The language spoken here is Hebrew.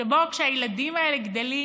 שבו כשהילדים האלה גדלים